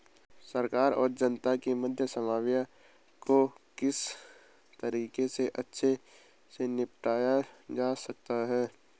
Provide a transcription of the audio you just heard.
सरकार और जनता के मध्य समन्वय को किस तरीके से अच्छे से निपटाया जा सकता है?